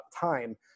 time